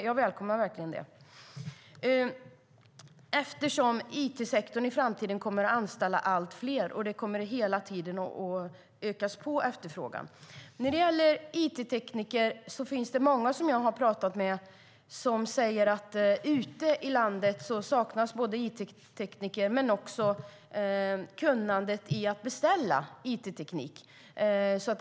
Jag välkomnar verkligen det, eftersom it-sektorn i framtiden kommer att anställa allt fler och efterfrågan hela tiden kommer att öka. När det gäller it-tekniker säger många jag har pratat att det ute i landet saknas inte bara it-tekniker utan också kunnandet när det gäller att beställa it-teknik.